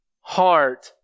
heart